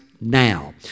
now